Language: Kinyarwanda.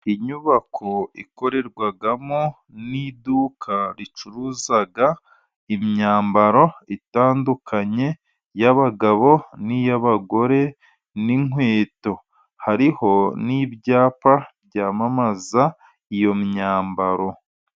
Inyubako ikorerwamo n'iduka ricuruza imyambaro itandukanye y'abagabo n'iy'abagore n'inkweto. Hariho n'ibyapa byamamaza iyo myambaro.